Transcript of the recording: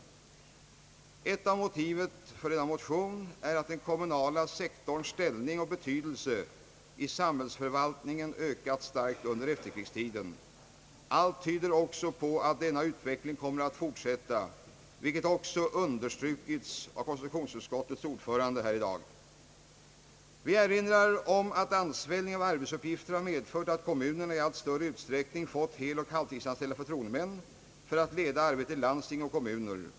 Ett av motiven för denna motion är att den kommunala sektorns ställning och betydelse i samhällsförvaltningen ökat starkt under efterkrigstiden. Allt tyder på att denna utveckling kommer att fortsätta, vilket också understrukits av konstitutionsutskottets ordförande här i dag. Vi erinrar om att ansvällningen av arbetsuppgifter har medfört att kommunerna i allt större utsträckning fått heloch halvtidsanställda förtroendemän för att leda arbetet i landsting och kommuner.